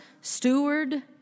steward